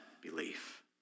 belief